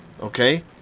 Okay